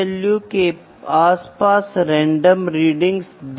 इसलिए इसे काफी हद तक सामान्यीकृत नहीं किया जा सकता है